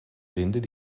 vinden